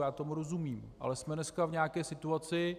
Já tomu rozumím, ale jsme dneska v nějaké situaci.